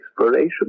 exploration